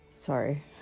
sorry